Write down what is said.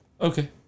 Okay